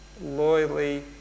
loyally